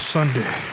Sunday